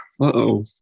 Uh-oh